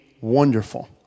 wonderful